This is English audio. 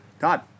Todd